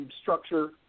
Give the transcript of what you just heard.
structure